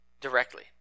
directly